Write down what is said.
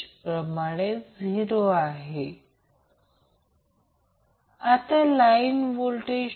आणि त्याचप्रमाणे हा व्होल्टेज